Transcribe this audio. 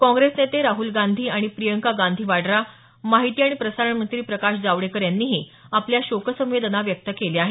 काँग्रेस नेते राहूल गांधी आणि प्रियंका गांधी वड्रा माहिती आणि प्रसारण मंत्री प्रकाश जावडेकर यांनीही आपल्या शोक संवेदना व्यक्त केल्या आहेत